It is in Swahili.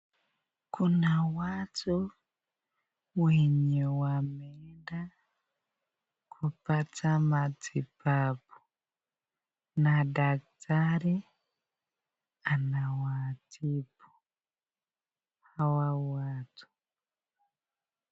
Kuna watu mwenye wameenda kupata matibabu na daktari anawatibu hawa watu.